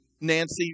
Nancy